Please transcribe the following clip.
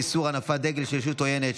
איסור הנפת דגל של ישות עוינת),